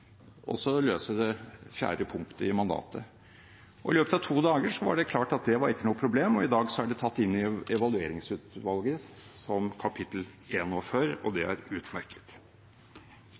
vi så frimodige, vi også, at vi sa: Dere skal også løse det fjerde punktet i mandatet. I løpet av to dager var det klart at det ikke var noe problem, og i dag er det tatt inn i Evalueringsutvalgets rapport som kapittel 41. Det er utmerket.